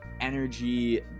energy